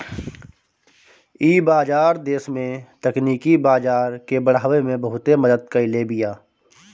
इ बाजार देस में तकनीकी बाजार के बढ़ावे में बहुते मदद कईले बिया